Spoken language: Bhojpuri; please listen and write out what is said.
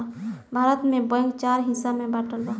भारत में बैंक चार हिस्सा में बाटल बा